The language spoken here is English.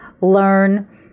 learn